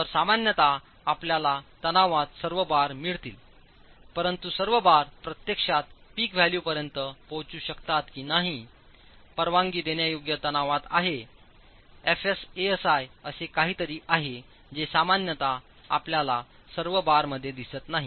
तर सामान्यत आपल्याला तणावात सर्व बार मिळतील परंतु सर्व बार प्रत्यक्षात पीक व्हॅल्यूपर्यंत पोहोचूशकतात की नाही परवानगीदेण्यायोग्यताणतणावआहेfs Asi असे काहीतरी आहे जे सामान्यतः आपल्या सर्व बार मध्ये दिसत नाही